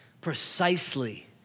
precisely